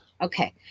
Okay